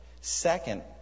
Second